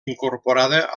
incorporada